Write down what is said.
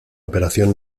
operación